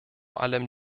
allem